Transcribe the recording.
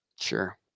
Sure